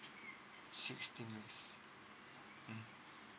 sixteen weeks mm